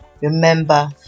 remember